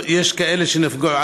יש כאלה שנפגעו,